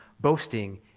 boasting